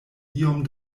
iom